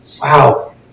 Wow